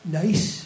nice